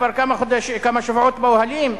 כבר כמה שבועות באוהלים?